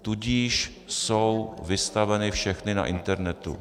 Tudíž jsou vystaveny všechny na internetu.